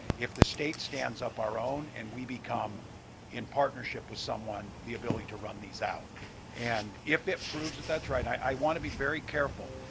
if the state stands up our own and we become in partnership with someone the ability to run these out and if it proves that that's right i want to be very careful,